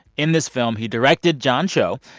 in this film, he directed john cho.